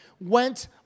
went